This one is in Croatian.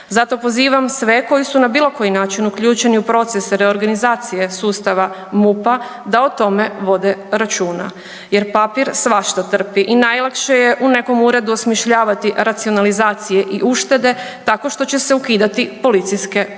Zato pozivam sve koji su na bilokoji način uključen u proces reorganizacije sustava MUP-a da o tome vode računa jer papir svašta trpi i najlakše je u nekom uredu osmišljavati racionalizacije i uštede tako što će se ukidati policijske postaje,